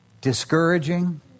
discouraging